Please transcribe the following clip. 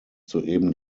soeben